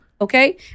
Okay